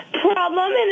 problem